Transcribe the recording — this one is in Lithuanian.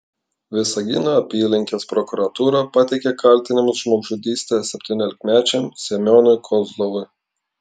visagino apylinkės prokuratūra pateikė kaltinimus žmogžudyste septyniolikmečiam semionui kozlovui